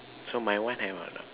so my one I wanna